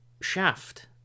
Shaft